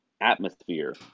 atmosphere